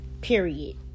Period